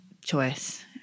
choice